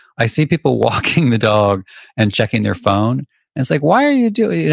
i see people walking the dog and checking their phone, and it's like why are you doing,